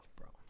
bro